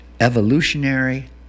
Evolutionary